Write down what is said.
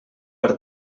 per